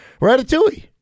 ratatouille